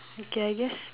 okay I guess